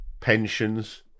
pensions